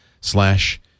slash